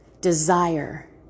desire